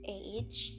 age